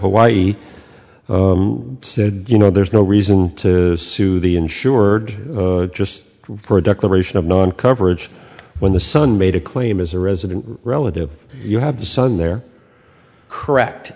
hawaii said you know there's no reason to sue the insured just for a declaration of non coverage when the son made a claim is a resident relative you have the son there correct